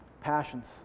Passions